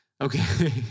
Okay